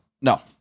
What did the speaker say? No